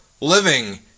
living